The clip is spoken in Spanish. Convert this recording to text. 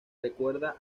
recuerda